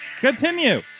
Continue